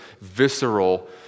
visceral